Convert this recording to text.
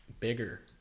bigger